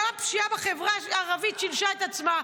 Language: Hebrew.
גם הפשיעה בחברה הערבית שילשה את עצמה.